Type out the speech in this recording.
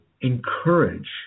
encourage